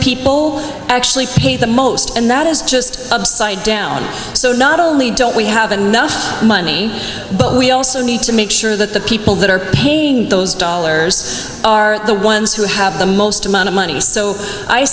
people actually pay the most and that is just of site down so not only don't we have enough money but we also need to make sure that the people that are paying those dollars are the ones who have the most amount of money so i